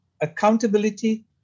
accountability